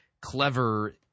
clever